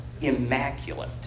immaculate